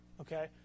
Okay